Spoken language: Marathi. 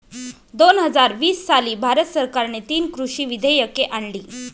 दोन हजार वीस साली भारत सरकारने तीन कृषी विधेयके आणली